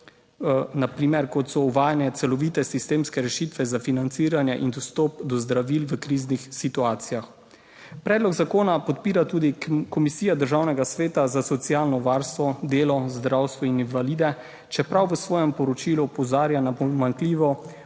naprimer kot so uvajanje celovite sistemske rešitve za financiranje in dostop do zdravil v kriznih situacijah. Predlog zakona podpira tudi Komisija Državnega sveta za socialno varstvo, delo, zdravstvo in invalide, čeprav v svojem poročilu opozarja na pomanjkljivo